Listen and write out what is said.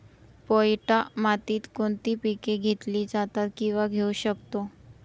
पोयटा मातीत कोणती पिके घेतली जातात, किंवा घेऊ शकतो?